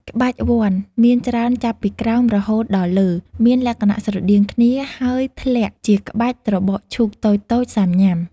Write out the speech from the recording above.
ក្បាច់វណ្ឌមានច្រើនចាប់ពីក្រោមរហូតដល់លើ មានលក្ខណៈ ស្រដៀងគ្នា ហើយធ្លាក់ជាក្បាច់ត្របកឈូកតូចៗសាំញ៉ាំ។